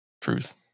Truth